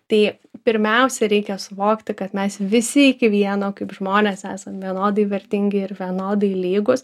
tai pirmiausia reikia suvokti kad mes visi iki vieno kaip žmonės esam vienodai vertingi ir vienodai lygūs